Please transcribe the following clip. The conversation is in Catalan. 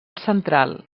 central